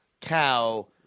cow